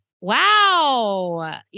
Wow